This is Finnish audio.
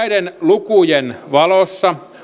lukujen valossa